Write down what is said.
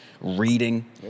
reading